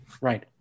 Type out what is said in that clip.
right